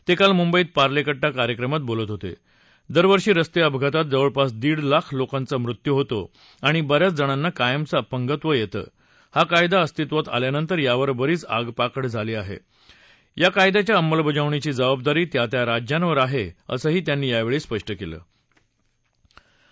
तळिल मुंबईत पार्ले कट्टा कार्यक्रमात बोलत होत दिरवर्षी रस्त्रिपघातात जवळपास दीड लाख लोकांचा मृत्यू होतो आणि ब याच जणांना कायमचं अपंगत्व यक्ती हा कायदा अस्तित्वात आल्यानंतर यावर बरीच आगपाखड झाली आहा कायद्याच्या अंमलबजावणीची जबाबदारी त्या त्या राज्यांवर आह असंही त्यांनी यावळी स्पष्ट कलि